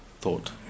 thought